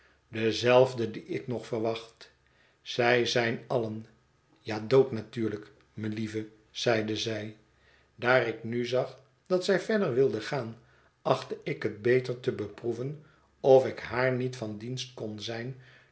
dezelfde die ik nog verwacht zij zijn allen ja dood natuurlijk melieve zeide zij daar ik nu zag dat zij verder wilde gaan achtte ik het beter te beproeven of ik haar niet van dienst kon zijn